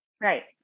Right